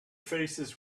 faces